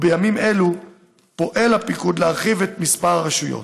ובימים אלו פועל הפיקוד להרחיב את מספר הרשויות.